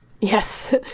Yes